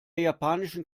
japanischen